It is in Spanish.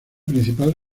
principal